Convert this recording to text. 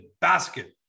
Basket